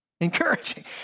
Encouraging